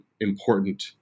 important